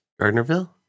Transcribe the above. Gardnerville